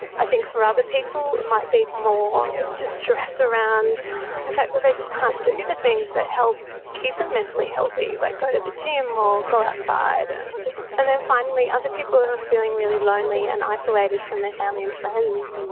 i think for other people it might be more distress around the fact that they just can't do the things that help keep them mentally healthy, like go to the gym or go outside. and and then finally, other people who are feeling really lonely and isolated from their family and friends.